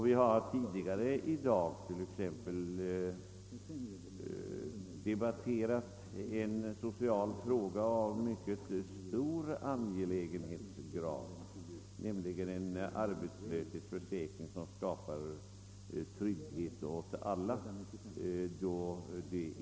Vi har tidigare i dag debatterat en social fråga av mycket hög angelägenhetsgrad, nämligen frågan om en arbetslöshetsförsäkring som skapar trygghet åt alla.